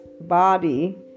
body